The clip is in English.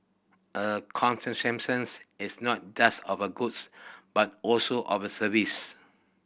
a is not just of a goods but also of a service